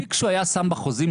אני אעיר קצת בעוקצנות,